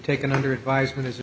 taken under advisement